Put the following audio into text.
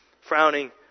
frowning